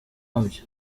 wabyo